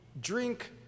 drink